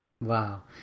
wow